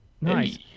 nice